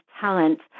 talent